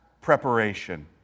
preparation